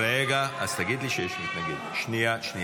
רגע, אז תגיד לי שיש מתנגדים, שנייה.